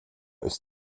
ist